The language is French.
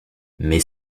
mais